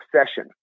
obsession